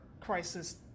Crisis